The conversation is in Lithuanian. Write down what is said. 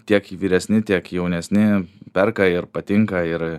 tiek vyresni tiek jaunesni perka ir patinka ir